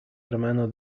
hermano